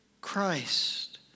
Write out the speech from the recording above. Christ